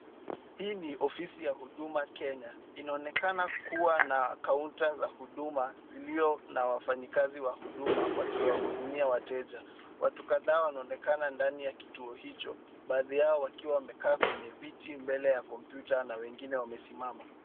Hii ni ofisi ya Huduma Kenya. Inaonekana kuwa na kaunta za huduma zilio na wafanyikazi wa huduma wakiwahudumia wateja. Watu kadhaa wanaonekana ndani ya kituo hicho. Baadhi yao wakiwa wamekaa kwenye viti mbele ya kompyuta na wengine wamesimama.